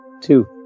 Two